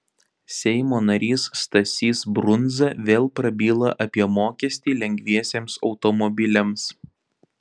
seimo narys stasys brundza vėl prabyla apie mokestį lengviesiems automobiliams